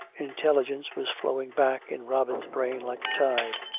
intelligence was flowing back in robin's brain like a tide.